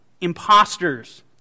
imposters